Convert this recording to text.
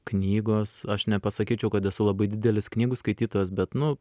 knygos aš nepasakyčiau kad esu labai didelis knygų skaitytojas bet nu